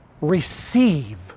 Receive